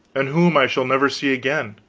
and whom i shall never see again!